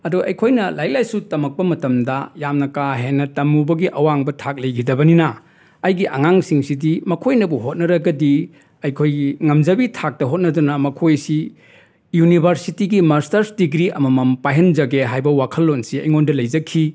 ꯑꯗꯣ ꯑꯩꯈꯣꯏꯅ ꯂꯥꯏꯔꯤꯛ ꯂꯥꯏꯁꯨ ꯇꯝꯃꯛꯄ ꯃꯇꯝꯗ ꯌꯥꯝꯅ ꯀꯥꯍꯦꯟꯅ ꯇꯝꯃꯨꯕꯒꯤ ꯑꯋꯥꯡꯕ ꯊꯥꯛ ꯂꯩꯈꯤꯗꯕꯅꯤꯅ ꯑꯩꯒꯤ ꯑꯉꯥꯡꯁꯤꯡ ꯁꯤꯗꯤ ꯃꯈꯣꯏꯅꯕꯨ ꯍꯣꯠꯅꯔꯒꯗꯤ ꯑꯩꯈꯣꯏꯒꯤ ꯉꯝꯖꯕꯤ ꯊꯥꯛꯇ ꯍꯣꯠꯅꯗꯨꯅ ꯃꯈꯣꯏꯁꯤ ꯌꯨꯅꯤꯕꯔꯁꯤꯇꯤꯒꯤ ꯃꯔꯁꯇꯔꯁ ꯗꯤꯒ꯭ꯔꯤ ꯑꯃꯃꯝ ꯄꯥꯏꯍꯟꯖꯒꯦ ꯍꯥꯏꯕ ꯋꯥꯈꯜꯂꯣꯟꯁꯤ ꯑꯩꯉꯣꯟꯗ ꯂꯩꯖꯈꯤ